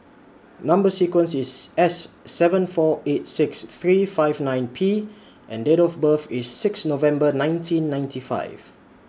Number sequence IS S seven four eight six three five nine P and Date of birth IS six November nineteen ninety five